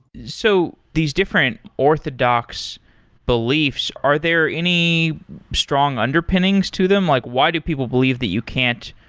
so these different orthodox beliefs, are there any strong underpinnings to them? like why do people believe the you can't,